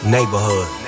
Neighborhood